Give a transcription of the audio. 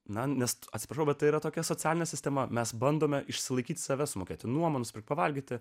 na nes atsiprašau bet tai yra tokia socialinė sistema mes bandome išsilaikyti savęs mokėti nuomą pavalgyti